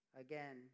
again